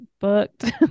booked